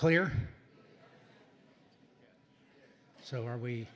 clear so are we